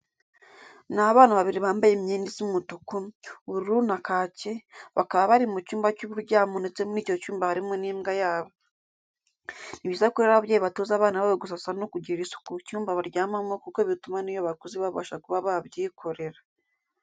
Ni abana babiri bambaye imyenda isa umutuku, ubururu na kake, bakaba bari mu cyumba cy'uburyamo ndetse muri icyo cyumba harimo n'imbwa yabo. Ni byiza ko rero ababyeyi batoza abana babo gusasa no kugirira isuku icyumba baryamamo kuko bituma n'iyo bakuze babasha kuba babyikorera.